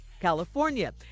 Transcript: california